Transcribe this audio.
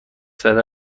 زده